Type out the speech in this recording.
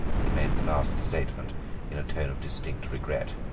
he made the last statement in a tone of distinct regret.